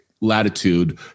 latitude